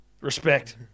Respect